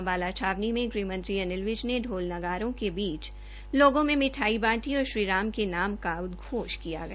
अम्बाला छावनी में गृहमंत्री अनिल विज ने ढोल नगारों के बीच लोगों में मिठाई बांटी और श्री राम के नाम का उदघोष किया गया